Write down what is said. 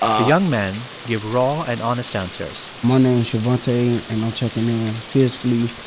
the young men give raw and honest answers my name's shavante and i'm checking in. physically,